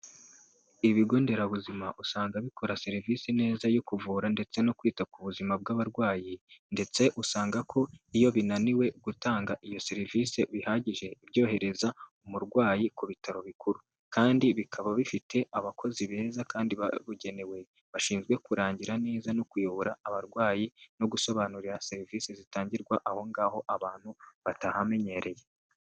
Ibigo nderabuzima usanga bikora serivisi neza yo kuvura ndetse no kwita ku buzima bw'abarwayi ndetse usanga ko iyo binaniwe gutanga iyo serivisi bihagije ibyohereza umurwayi ku bitaro bikuru kandi bikaba bifite abakozi beza kandi babugenewe bashinzwe kurangira neza no kuyobora abarwayi no gusobanurira serivisi zitangirwa aho ngaho abantu batahamenyereye.